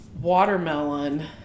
watermelon